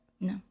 No